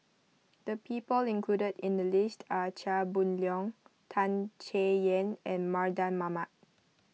the people included in the list are Chia Boon Leong Tan Chay Yan and Mardan Mamat